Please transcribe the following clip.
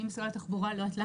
אני משרד התחבורה, לא יודעת למה.